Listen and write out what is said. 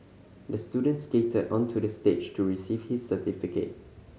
the student skated onto the stage to receive his certificate